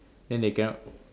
than they cannot